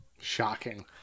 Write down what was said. Shocking